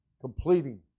Completing